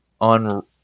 on